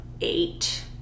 eight